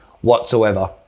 whatsoever